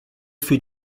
für